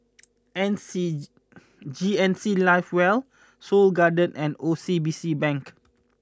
N C G N C live well Seoul Garden and O C B C Bank